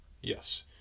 Yes